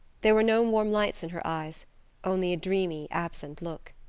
there were no warm lights in her eyes only a dreamy, absent look.